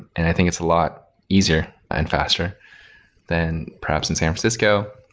and i think it's a lot easier and faster than perhaps in san francisco.